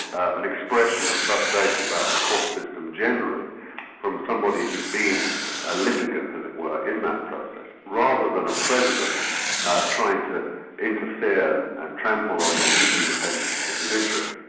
an expression of frustration about the court system generally from somebody who'd been a litigant, as it were, in that process rather than a president trying to interfere and trample on the independence of the judiciary.